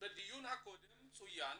צוין